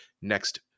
next